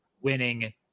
winning